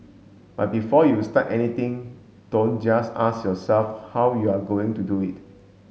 but before you start anything don't just ask yourself how you're going to do it